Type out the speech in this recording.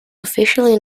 officially